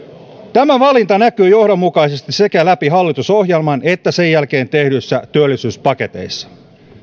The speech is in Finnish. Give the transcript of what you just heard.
tämä valinta näkyy johdonmukaisesti sekä läpi hallitusohjelman että sen jälkeen tehdyissä työllisyyspaketeissa